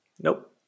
Nope